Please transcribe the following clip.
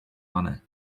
pane